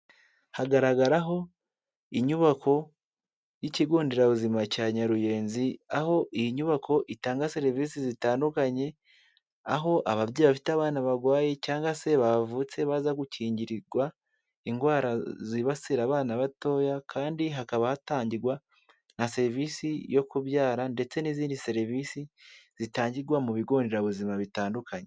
Hagaragaraho inyubako y'ikigo nderabuzima cya Nyaruyenzi, aho iyi nyubako itanga serivisi zitandukanye, aho ababyeyi bafite abana barwaye cyangwa se bavutse baza gukingirwa indwara zibasira abana batoya kandi hakaba hatangirwa na serivisi yo kubyara ndetse n'izindi serivisi zitangirwa mu bigo nderabuzima bitandukanye.